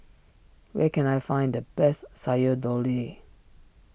where can I find the best Sayur Lodeh